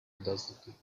does